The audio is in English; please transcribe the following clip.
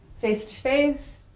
face-to-face